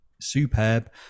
superb